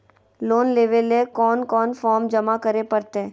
Loan लेवे ले कोन कोन फॉर्म जमा करे परते?